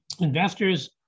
investors